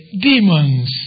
demons